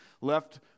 left